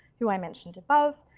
who i mentioned above,